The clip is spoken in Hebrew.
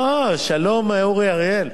שלום, אורי אריאל.